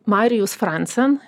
marijus francen